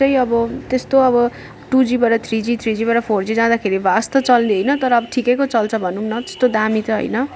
त्यस्तो अब टुजिबाट थ्री जी थ्रिजिबाट फोर जी जाँदाखेरि भास्ट त चल्ने होइन तर अब ठिकैको चल्छ भनौँ न त्यस्तो दामी त होइन